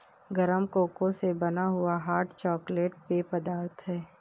गरम कोको से बना हुआ हॉट चॉकलेट पेय पदार्थ है